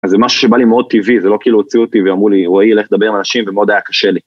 אז זה משהו שבא לי מאוד טבעי, זה לא כאילו הוציאו אותי ואמרו לי, רועי לך לדבר עם אנשים ומאוד היה קשה לי.